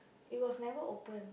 it was never open